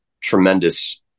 tremendous